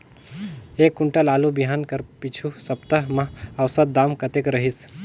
एक कुंटल आलू बिहान कर पिछू सप्ता म औसत दाम कतेक रहिस?